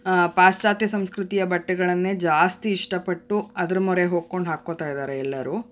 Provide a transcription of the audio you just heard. ಪಾಶ್ಚಾತ್ಯ ಸಂಸ್ಕೃತಿಯ ಬಟ್ಟೆಗಳನ್ನೇ ಜಾಸ್ತಿ ಇಷ್ಟಪಟ್ಟು ಅದ್ರ ಮೊರೆ ಹೊಕ್ಕೊಂಡು ಹಾಕ್ಕೊತ್ತಾ ಇದ್ದಾರೆ ಎಲ್ಲರೂ